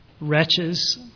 wretches